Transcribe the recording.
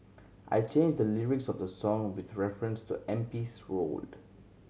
I changed the lyrics of the song with reference to M P's road